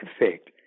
effect